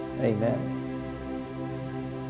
Amen